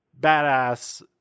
badass